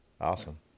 awesome